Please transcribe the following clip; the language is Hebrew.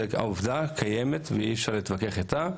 זה עובדה קיימת ואי אפשר להתווכח איתה,